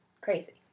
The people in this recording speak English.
crazy